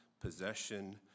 possession